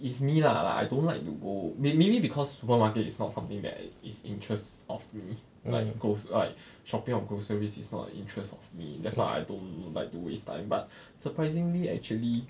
it's me lah I don't like to go may maybe because supermarket is not something that is interest of me like groc~ right shopping of groceries is not an interest of me that's why I don't like to waste time but surprisingly actually